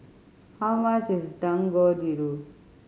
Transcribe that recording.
how much is Dangojiru